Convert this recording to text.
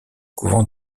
couvent